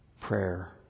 prayer